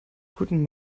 guten